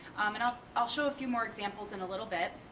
um and i'll i'll show a few more examples in a little bit.